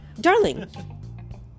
Darling